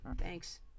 Thanks